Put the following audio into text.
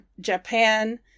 japan